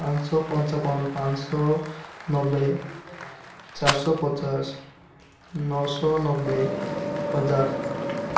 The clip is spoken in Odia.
ପାଞ୍ଚଶହ ପଞ୍ଚାବନ ପାଞ୍ଚଶହ ନବେ ଚାରିଶହ ପଚାଶ ନଅଶହ ନବେ ହଜାର